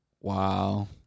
Wow